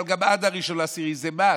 אבל גם עד 1 באוקטובר זה מס,